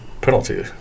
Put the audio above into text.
penalty